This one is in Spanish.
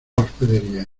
hospedería